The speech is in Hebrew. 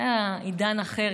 זה היה עידן אחר,